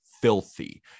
filthy